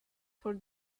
for